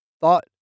Thought